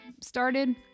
started